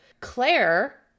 Claire